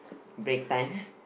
break time